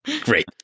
Great